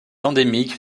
endémique